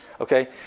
Okay